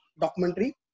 documentary